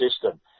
system